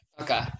Okay